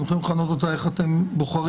ואתם יכולים לכנות אותה איך שאתם בוחרים,